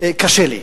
קשה לי.